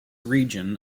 region